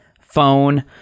phone